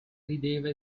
rideva